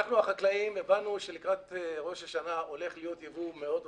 אנחנו החקלאים הבנו שלקראת ראש השנה הולך להיות ייבוא מאוד רציני,